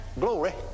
glory